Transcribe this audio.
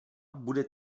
bude